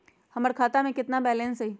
हमर खाता में केतना बैलेंस हई?